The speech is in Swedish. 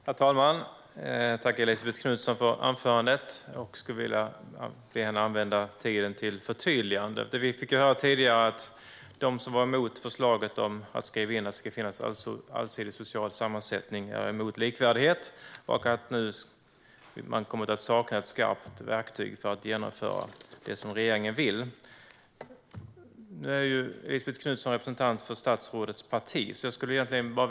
Herr talman! Tack till Elisabet Knutsson för anförandet. Jag skulle vilja be henne att använda tiden till förtydligande. Vi fick tidigare höra att de som var emot förslaget om att skriva in att det ska finnas en allsidig social sammansättning är emot likvärdighet och att det nu kommer att saknas ett skarpt verktyg för att genomföra det som regeringen vill. Jag skulle vilja få några förklaringar kring hur skarpt det här verktyget egentligen är.